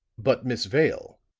but miss vale,